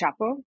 Chapo